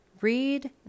Read